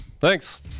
Thanks